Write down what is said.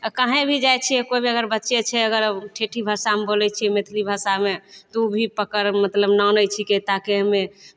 आ कहैं भी जाए छियै केओ भी अगर बच्चे छै केओ अगर ठेठी भाषामे बोलै छियै मैथिली भाषामे तऽ ओ भी पकड़ मतलब छिकै ताकि हमे